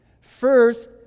first